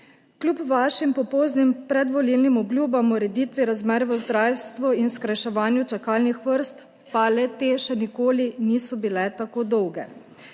Kljub vašim pompoznim predvolilnim obljubam o ureditvi razmer v zdravstvu in skrajševanju čakalnih vrst, pa le te še nikoli niso bile tako dolge.